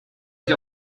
ich